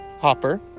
Hopper